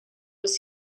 was